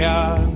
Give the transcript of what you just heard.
God